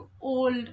old